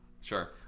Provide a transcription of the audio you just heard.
Sure